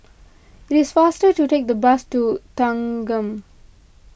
it is faster to take the bus to Thanggam